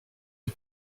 des